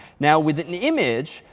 now with an image,